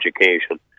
education